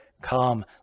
Come